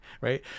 right